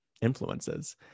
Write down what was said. influences